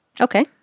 okay